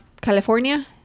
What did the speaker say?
california